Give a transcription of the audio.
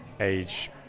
age